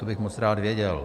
To bych moc rád věděl.